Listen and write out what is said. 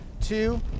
Two